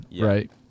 right